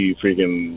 freaking